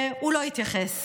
הוא לא התייחס